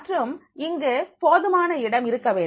மற்றும் இங்கு போதுமான இடம் இருக்க வேண்டும்